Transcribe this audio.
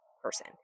Person